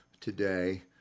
today